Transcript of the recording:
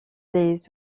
les